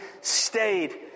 stayed